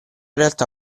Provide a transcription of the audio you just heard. realtà